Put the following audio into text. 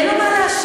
אין לו מה להשיב.